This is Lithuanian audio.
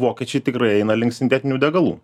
vokiečiai tikrai eina link sintetinių degalų